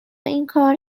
اینکار